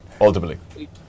ultimately